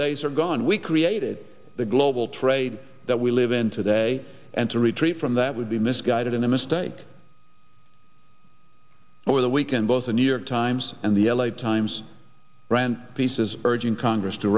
days are gone we created the global trade that we live in today and to retreat from that would be misguided and a mistake over the weekend both the new york times and the l a times ran pieces urging congress to